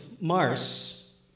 Mars